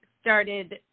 started